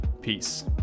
peace